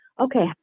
okay